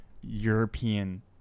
European